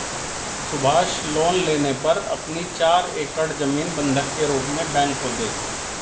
Subhash loan लेने पर अपनी चार एकड़ जमीन बंधक के रूप में बैंक को दें